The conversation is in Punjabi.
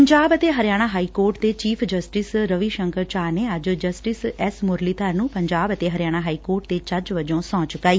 ਪੰਜਾਬ ਅਤੇ ਹਰਿਆਣਾ ਹਾਈ ਕੋਰਟ ਦੇ ਚੀਫ਼ ਜਸਟਿਸ ਰਵੀ ਸ਼ੰਕਰ ਝਾਅ ਨੇ ਅੱਜ ਜਸਟਿਸ ਐਸ ਮੁਰਲੀਧਰ ਨੂੰ ਪੰਜਾਬ ਅਤੇ ਹਰਿਆਣਾ ਹਾਈ ਕੋਰਟ ਦੇ ਜੱਜ ਵਜੋਂ ਸਹੁੰ ਚੁਕਾਈ